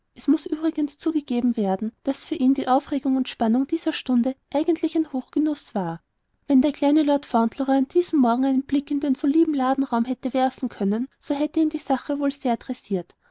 es muß übrigens zugegeben werden daß für ihn die aufregung und spannung dieser stunde eigentlich ein hochgenuß war wenn der kleine lord fauntleroy an diesem morgen einen blick in den ihm so lieben ladenraum hätte werfen können so hätte ihn die sache wohl sehr tressiert